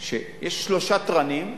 שיש שלושה תרנים,